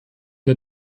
der